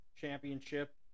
championship